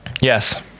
Yes